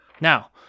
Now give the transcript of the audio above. Now